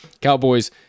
Cowboys